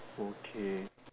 okay